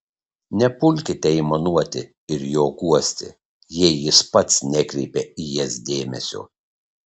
nepulkite aimanuoti ir jo guosti jei jis pats nekreipia į jas dėmesio